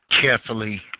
carefully